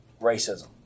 racism